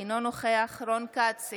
אינו נוכח רון כץ,